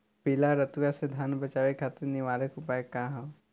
पीला रतुआ से धान बचावे खातिर निवारक उपाय का ह?